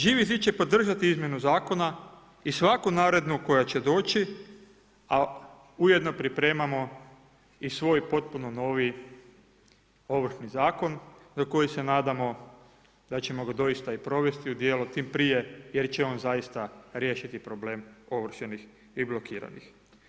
Živi zid će podržati izmjenu zakona i svaku narednu koja će doći, a ujedno pripremamo i svoj potpuno novi Ovršni zakon za koji se nadamo da ćemo ga doista i provesti u djelo tim prije jer će on zaista riješiti problem ovršenih i blokiranih.